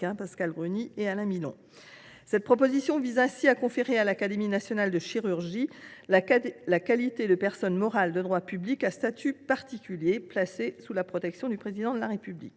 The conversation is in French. Pascale Gruny et Alain Milon, visant à accorder à l’Académie nationale de chirurgie le statut de personne morale de droit public à statut particulier, placée sous la protection du Président de la République.